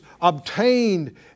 obtained